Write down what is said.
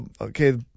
okay